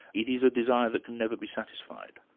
it is a desire that can never be satisfied.